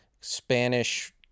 Spanish